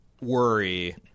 worry